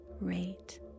rate